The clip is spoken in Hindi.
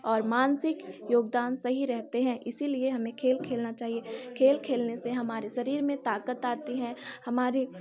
और मानसिक योगदान सही रहते हैं इसीलिए हमें खेल खेलना चाहिए खेल खेलने से हमारे शरीर में ताकत आती है हमारे